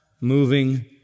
moving